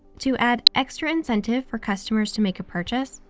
to add extra incentive for customers to make a purchase,